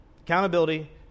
accountability